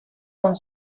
con